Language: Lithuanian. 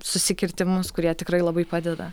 susikirtimus kurie tikrai labai padeda